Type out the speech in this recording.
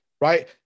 right